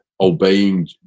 Obeying